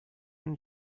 and